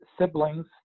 siblings